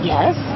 Yes